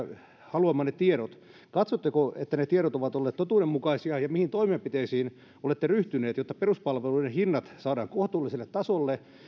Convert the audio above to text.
haluamanne tiedot katsotteko että ne tiedot ovat olleet totuudenmukaisia ja mihin toimenpiteisiin olette ryhtynyt jotta peruspalveluiden hinnat saadaan kohtuulliselle tasolle